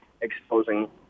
exposing